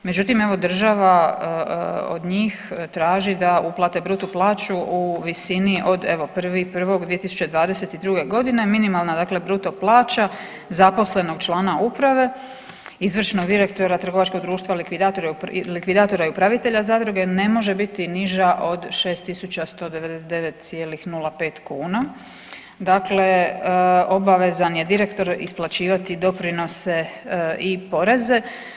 Međutim evo država od njih traži da uplate bruto plaću u visini od evo 1.1.2022.g. minimalna bruto plaća zaposlenog člana uprave izvršnog direktora trgovačkog društva likvidatora i upravitelja zadruge ne može biti niža od 6.199,05 kuna dakle obavezan je direktor isplaćivati doprinose i poreze.